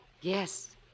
Yes